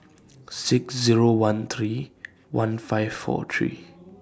six Zero one three one five four three